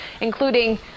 including